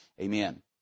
Amen